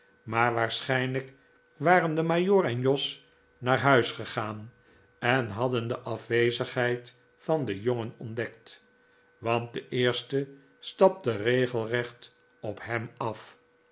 maar waarschijnlijk waren de majoor en jos naar huis gegaan en hadden de afwezigheid van den jongen ontdekt want de eerste stapte regelrecht op hem af